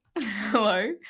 Hello